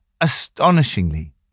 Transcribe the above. astonishingly